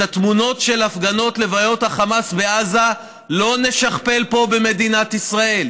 את התמונות של הפגנות לוויות החמאס בעזה לא נשכפל פה במדינת ישראל.